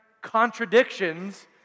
contradictions